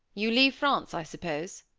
you leave france, i suppose?